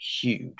huge